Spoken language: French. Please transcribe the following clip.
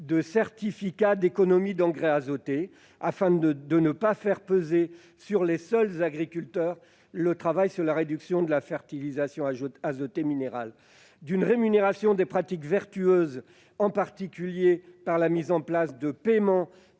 des certificats d'économies d'engrais azotés, afin de ne pas faire peser sur les seuls agriculteurs les efforts de réduction de la fertilisation azotée minérale, mais aussi la possibilité d'établir une rémunération des pratiques vertueuses, en particulier par la mise en place de paiements